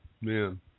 Man